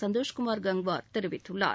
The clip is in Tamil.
சந்தோஷ்குமார் கங்குவார் தெரிவித்துள்ளார்